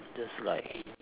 just like